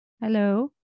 Hello